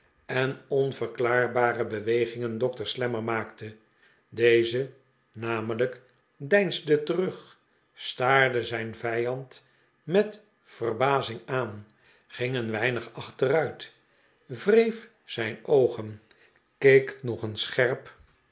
en onverklaarbare bewe gingen dokter slammer maakte deze namelijk deinsde terug staarde zijn vijand met yerbazing aan ging een weinig achteruit wreef zijn oogen keek nog eens scherp